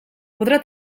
podrà